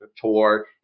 tour